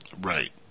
Right